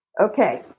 Okay